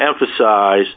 emphasize